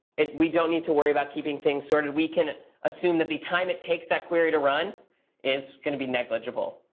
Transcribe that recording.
we don't need to worry about keeping things sorted. we can assume that the time it takes that query to run is going to be negligible,